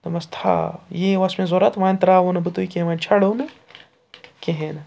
دوٚپمَس تھاو یی اوس مےٚ ضوٚرَتھ وۄنۍ ترٛاوو نہٕ بہٕ تُہۍ کینٛہہ وۄنۍ چھَڑو نہٕ کِہیٖنۍ نہٕ